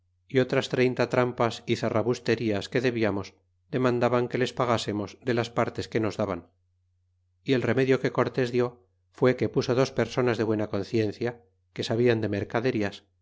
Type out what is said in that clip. y otras treinta trampas y zarrabusterias que debiamos demandaban que les pagásemos de las partes que nos daban y el remedio que cortés dió fué que puso dos personas de buena conciencia que sabian de mercaderías